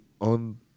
on